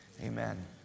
Amen